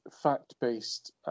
fact-based